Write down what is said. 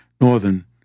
northern